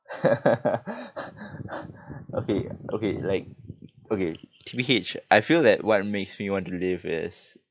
okay okay like okay T_B_H I feel that what makes me want to live is